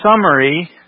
summary